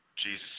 Jesus